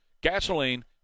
gasoline